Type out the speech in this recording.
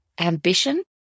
ambition